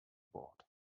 board